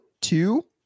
two